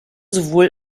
sowohl